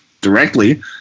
directly